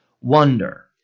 wonder